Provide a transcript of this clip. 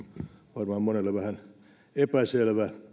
varmaan monelle vähän epäselvä